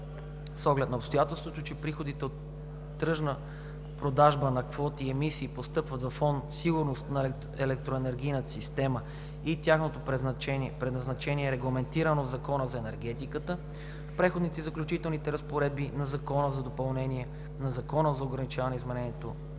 С оглед на обстоятелството, че приходите от тръжна продажба на квоти емисии постъпват във фонд „Сигурност на електроенергийната система“ и тяхното предназначение е регламентирано в Закона за енергетиката, в Преходните и заключителните разпоредби на Закона за допълнение на Закона за ограничаване изменението